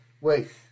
wait